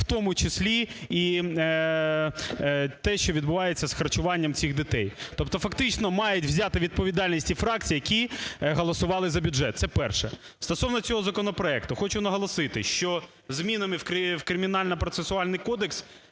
в тому числі і те, що відбувається з харчуванням цих дітей. Тобто фактично мають взяти відповідальність ті фракції, які голосували за бюджет. Це перше. Стосовно цього законопроекту, хочу наголосити, що змінами в Кримінально-процесуальний кодекс